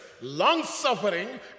long-suffering